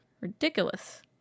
Ridiculous